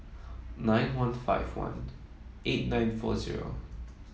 nine one five one eight nine four zero